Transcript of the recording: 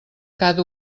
cada